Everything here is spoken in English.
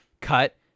Cut